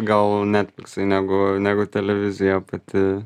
gal netfliksai negu negu televizija pati